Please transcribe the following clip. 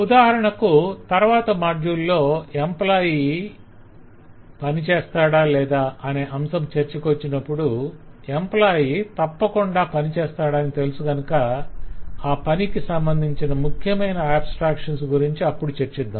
ఉదాహరణకు తరవాత మాడ్యుల్ లో 'ఎంప్లాయ్ పని చేస్తాడా లేదా' అనే అంశం చర్చకోచ్చినప్పుడు ఎంప్లాయ్ తప్పకుండా పనిచేస్తాడని తెలుసుగనుక అ పనికి సంబంధించిన ముఖ్యమైన ఆబ్స్ట్రాక్షన్స్ గురించి అప్పుడు చర్చిద్దాం